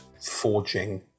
forging